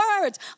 words